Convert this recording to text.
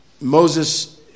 moses